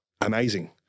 Amazing